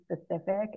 specific